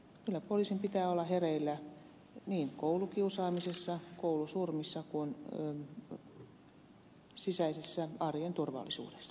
kyllä poliisin pitää olla hereillä niin koulukiusaamisissa koulusurmissa kuin sisäisessä arjen turvallisuudessa